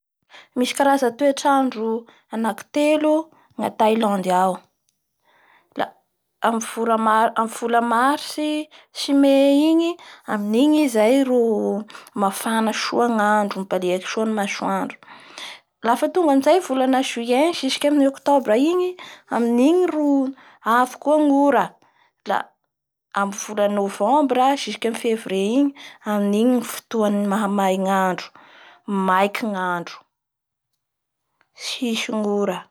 Mana toetsandro zao climat tropicale-y zao ny Tailandy da éç degré sericus mandavatao ny toetrandro agny.